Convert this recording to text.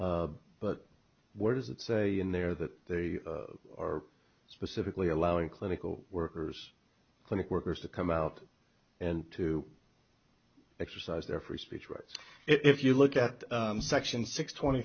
but where does it say in there that they or specifically allowing clinical workers clinic workers to come out and to exercise their free speech rights if you look at section six twenty